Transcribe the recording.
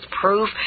proof